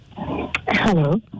Hello